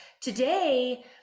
today